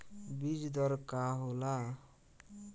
बीज दर का होला?